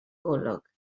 golwg